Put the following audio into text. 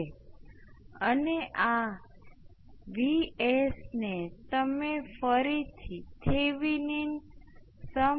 તેથી આ તમને ટાઈમ કોંસ્ટંટ આપશે જે L 1 L 2 વિભાજીત R 1 R 2 ની બરાબર છે